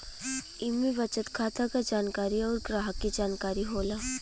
इम्मे बचत खाता क जानकारी अउर ग्राहक के जानकारी होला